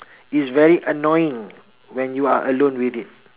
it's very annoying when you are alone with it